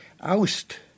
oust